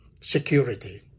security